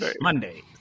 Monday